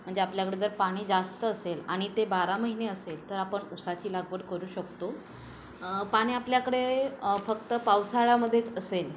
म्हणजे आपल्याकडे जर पाणी जास्त असेल आणि ते बारा महिने असेल तर आपण उसाची लागवड करू शकतो पाणी आपल्याकडे फक्त पावसाळ्यामध्येच असेल